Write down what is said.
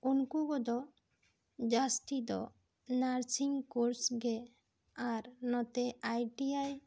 ᱩᱱᱠᱩ ᱠᱚᱫᱚ ᱡᱟᱹᱥᱛᱤ ᱫᱚ ᱱᱟᱨᱥᱤᱝ ᱠᱳᱨᱥ ᱜᱮ ᱟᱨ ᱱᱚᱛᱮ ᱟᱭ ᱴᱤ ᱟᱭ